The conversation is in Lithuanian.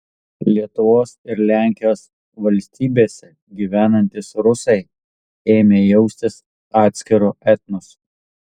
lietuvos ir lenkijos valstybėse gyvenantys rusai ėmė jaustis atskiru etnosu